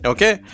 Okay